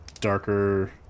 darker